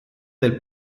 del